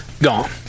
gone